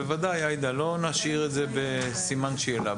בסימן שאלה.